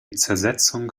zersetzung